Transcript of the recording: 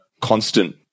constant